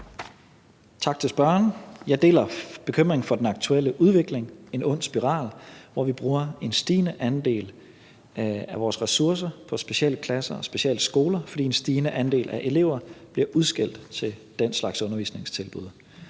Tak til spørgeren. Jeg deler bekymringen for den aktuelle udvikling – en ond spiral, hvor vi bruger en stigende andel af vores ressourcer på specialklasser og specialskoler, fordi en stigende andel af eleverne bliver udskilt til den slags undervisningstilbud.